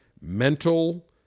mental